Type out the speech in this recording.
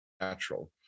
natural